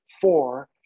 four